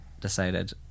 decided